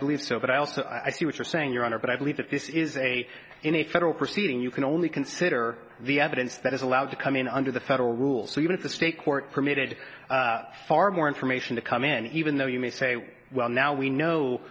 believe so but i also i see what you're saying your honor but i believe that this is a in a federal proceeding you can only consider the evidence that is allowed to come in under the federal rules so even if the state court permitted far more information to come in even though you may say well now we kno